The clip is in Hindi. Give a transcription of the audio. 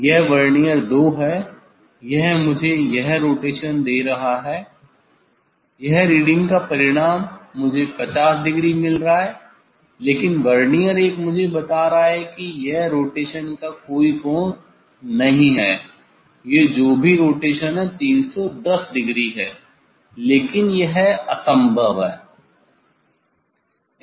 यह वर्नियर 2 यह मुझे यह रोटेशन दे रहा है यह रीडिंग का परिणाम मुझे 50 डिग्री मिल रहा है लेकिन वर्नियर 1 मुझे बता रहा है कि यह रोटेशन का कोई कोण नहीं है यह जो भी रोटेशन है 310 डिग्री है लेकिन यह असंभव है